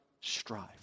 strive